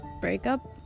breakup